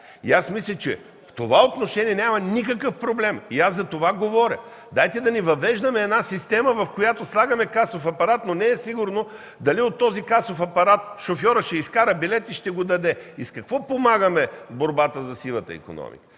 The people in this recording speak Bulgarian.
е! Мисля, че в това отношение няма никакъв проблем и за това говоря. Дайте да не въвеждаме една система, в която слагаме касов апарат, но не е сигурно дали от него шофьорът ще изкара билет и ще го даде. И с какво помагаме в борбата срещу сивата икономика?